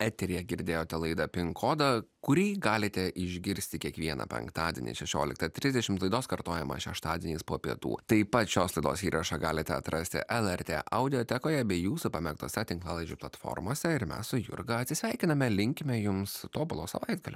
eteryje girdėjote laidą pink kodą kurį galite išgirsti kiekvieną penktadienį šešioliktą trisdešimt laidos kartojimą šeštadieniais po pietų taip pat šios laidos įrašą galite atrasti lrt audiotekoje bei jūsų pamėgtose tinklalaidžių platformose ir mes su jurga atsisveikiname linkime jums tobulo savaitgalio